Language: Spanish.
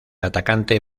atacante